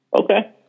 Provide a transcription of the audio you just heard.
Okay